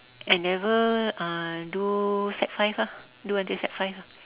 N-level uh do sec five ah do until sec five ah